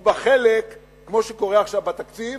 ובחלק, כמו שקורה עכשיו בתקציב